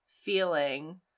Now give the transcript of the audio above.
feeling